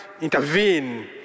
intervene